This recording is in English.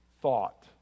thought